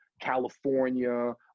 California